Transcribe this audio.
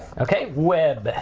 okay? web-site,